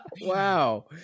wow